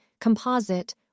composite